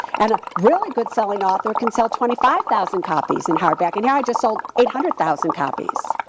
and a really good-selling author can sell twenty five thousand copies in hardback, and here i just sold eight hundred thousand copies.